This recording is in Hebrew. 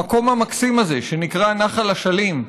במקום המקסים הזה שנקרא נחל אשלים,